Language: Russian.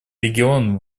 регион